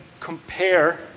Compare